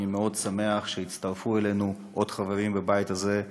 אני מאוד שמח שהצטרפו אלינו עוד חברים בבית הזה,